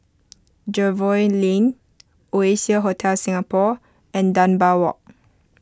Jervois Lane Oasia Hotel Singapore and Dunbar Walk